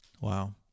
Wow